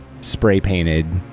spray-painted